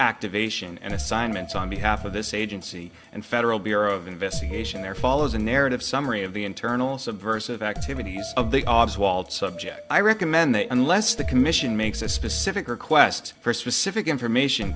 activation and assignments on behalf of this agency and federal bureau of investigation there follows a narrative summary of the internal subversive activities of the avs walt subject i recommend that unless the commission makes a specific request for specific information